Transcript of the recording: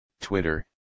twitter